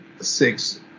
six